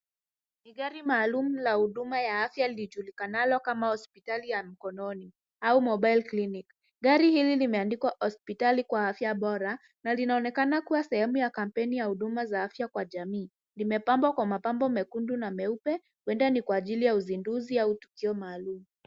Ni gari maalum la huduma la afya lijulikanalo kama hospitali ya mkononi au mobile clinic .Gari hili limeandikwa hospitali kwa afya bora na linaonekana kuwa sehemu ya kampeni ya huduma za afya kwa jamii. Limepambwa kwa mapambo mekundu na meupe huenda ni kwa ajili ya uzinduzi au tukio maalum.